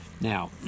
Now